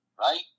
right